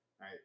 right